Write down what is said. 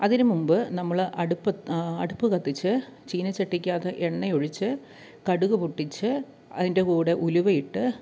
അതിനുമുമ്പ് നമ്മൾ അടുപ്പത്ത് അടുപ്പ് കത്തിച്ച് ചീനച്ചട്ടിക്കകത്ത് എണ്ണയൊഴിച്ച് കടുക് പൊട്ടിച്ച് അതിൻ്റെ കൂടെ ഉലുവയിട്ട്